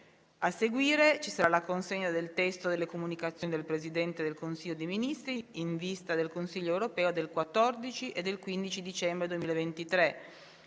mediante schede)* - Consegna del testo delle Comunicazioni del Presidente del Consiglio dei ministri in vista del Consiglio europeo del 14 e 15 dicembre 2023